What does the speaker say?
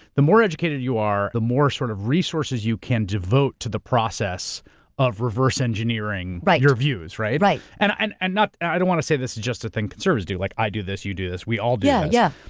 the more educated you are, the more sort of resources you can devote to the process of reverse engineering your views, right? right. and, and and i don't want to say this is just a thing conservatives do. like i do this, you do this, we all do yeah yeah